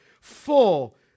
full